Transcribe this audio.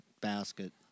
basket